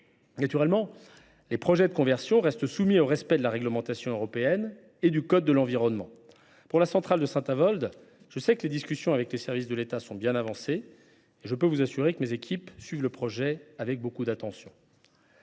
Naturellement, les projets de conversion demeurent soumis au respect de la réglementation européenne et du code de l’environnement. Pour la centrale de Saint Avold, je sais que les discussions avec les services de l’État sont bien avancées et je puis vous assurer que mes équipes suivent le projet avec beaucoup d’attention.